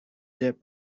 dip